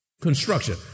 construction